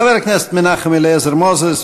חבר הכנסת מנחם אליעזר מוזס,